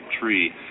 tree